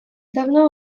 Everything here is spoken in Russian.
давно